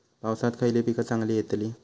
पावसात खयली पीका चांगली येतली?